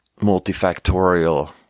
multifactorial